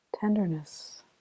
tenderness